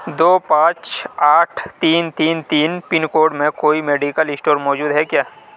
دو پانچ آٹھ تین تین تین پن کوڈ میں کوئی میڈیکل اسٹور موجود ہے کیا